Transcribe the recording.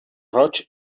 roig